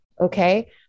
okay